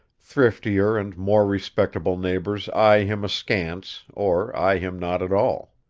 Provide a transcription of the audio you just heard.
thriftier and more respectable neighbors eye him askance or eye him not at all.